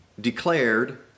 declared